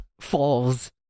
falls